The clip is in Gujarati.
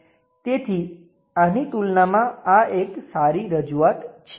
તેથી આની તુલનામાં આ એક સારી રજૂઆત છે